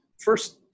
first